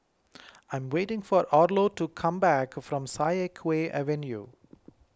I am waiting for Arlo to come back from Siak Kew Avenue